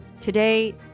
today